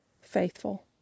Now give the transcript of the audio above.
Faithful